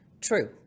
true